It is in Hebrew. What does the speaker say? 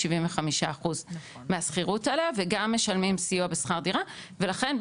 75 אחוז מהשכירות עליה וגם משלמים סיוע בשכר דירה ולכן,